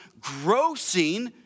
grossing